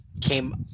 came